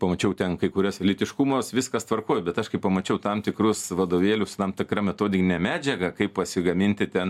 pamačiau ten kai kurias lytiškumas viskas tvarkoj bet aš kai pamačiau tam tikrus vadovėlius tam tikra metodine medžiaga kaip pasigaminti ten